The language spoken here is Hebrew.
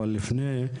אבל לפני כן,